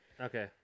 Okay